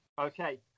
Okay